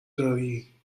داری